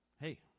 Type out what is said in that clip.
hey